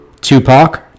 Tupac